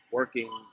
working